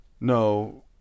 No